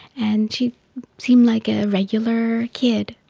and she seemed like a regular kid.